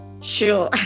Sure